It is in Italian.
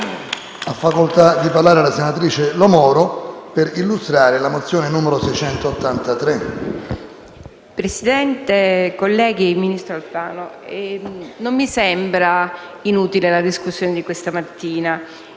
Presidente, colleghi, ministro Alfano, non mi sembra inutile la discussione di questa mattina